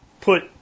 put